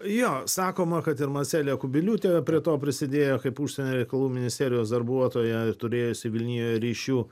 jo sakoma kad ir maselja kubiliūtė prie to prisidėjo kaip užsienio reikalų ministerijos darbuotoja turėjusi vilniuje ryšių